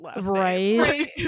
right